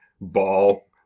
ball